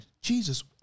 Jesus